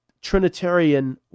Trinitarian